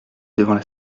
devant